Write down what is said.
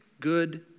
good